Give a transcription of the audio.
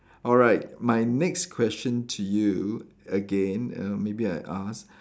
alright my next question to you again err maybe I ask